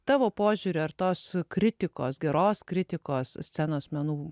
tavo požiūriu ar tos kritikos geros kritikos scenos menų